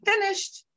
finished